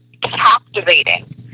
captivating